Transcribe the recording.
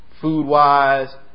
food-wise